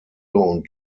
und